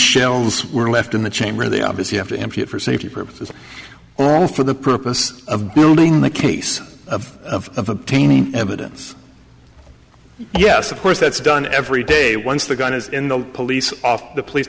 shells were left in the chamber they obviously have to empty it for safety purposes or for the purpose of building the case of of obtaining evidence yes of course that's done every day once the gun is in the police off the police